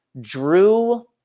drew